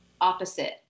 opposite